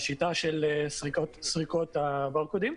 על שיטת סריקות הבר קודים.